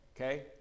Okay